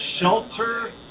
shelter